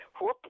whoop